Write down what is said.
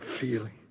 feeling